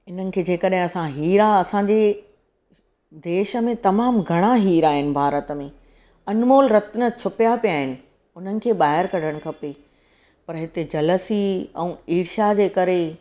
इन्हनि खे जंहिं कॾहिं असां हीरा असांजे देश में तमामु घणा हीरा आहिनि भारत में अनमोल रतन छुपिया पिया आहिनि उन्हनि खे ॿाहिरि कढणु खपे पर हिते जेलसी ऐं इर्षा जे करे